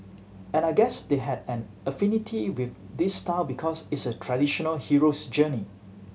and I guess they had an affinity with this style because it's a traditional hero's journey